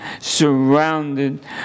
surrounded